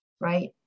right